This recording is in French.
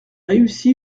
réussi